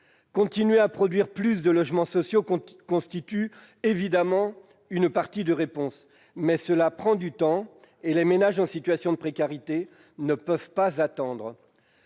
Continuer à produire davantage de logements sociaux constitue évidemment une partie de la réponse, mais cela prend du temps et les ménages en situation de précarité ne peuvent pas attendre.